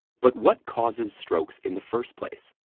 but what causes strokes in the first place?